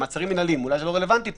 מעצרים מינהליים אולי זה לא רלוונטי פה.